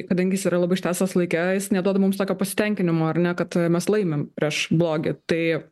kadangi jis yra labai ištęstas laike jis neduoda mums tokio pasitenkinimo ar ne kad mes laimim prieš blogį tai